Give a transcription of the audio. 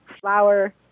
flour